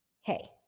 hey